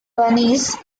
bunnies